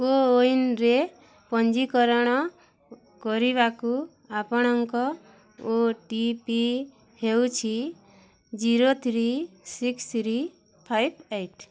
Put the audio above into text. କୋୱିନ୍ରେ ପଞ୍ଜୀକରଣ କରିବାକୁ ଆପଣଙ୍କ ଓ ଟି ପି ହେଉଛି zero three six three five eight